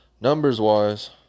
numbers-wise